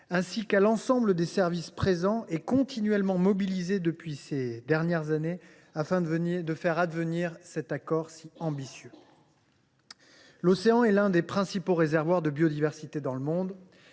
océans, et à l’ensemble des services présents et continuellement mobilisés ces dernières années afin de faire advenir cet accord si ambitieux. L’océan constitue l’un des principaux réservoirs de biodiversité dans le monde